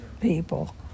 people